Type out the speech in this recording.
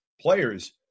players